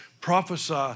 Prophesy